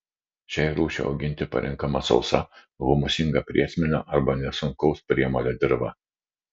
šiai rūšiai auginti parenkama sausa humusingą priesmėlio arba nesunkaus priemolio dirva